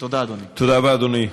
תודה רבה, אדוני.